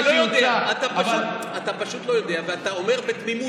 אתה פשוט לא יודע ואתה אומר בתמימות,